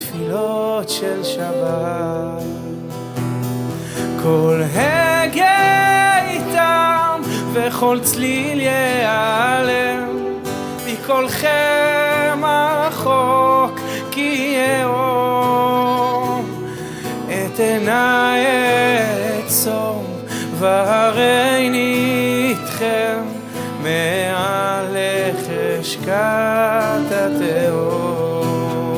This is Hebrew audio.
‫בתפילות של שבת. ‫כל הגה יתם וכל צליל ייאלם, ‫מקולכם הרחוק כי יהום, ‫את עיני אעצום והריני איתכם, ‫מעל לחשכת התהום.